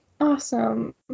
Awesome